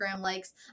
likes